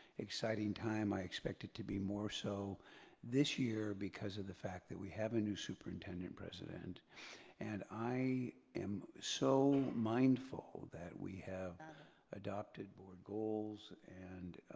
exciting time. i expect it to be moreso so this year because of the fact that we have a new superintendent-president and i am so mindful that we have adopted board goals and